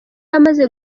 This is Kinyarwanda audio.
amaze